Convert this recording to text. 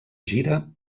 gira